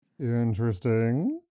Interesting